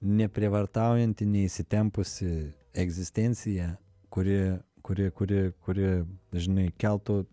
neprievartaujanti neįsitempusi egzistencija kuri kuri kuri kuri dažnai keltų